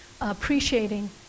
appreciating